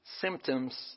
symptoms